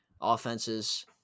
offenses